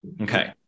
Okay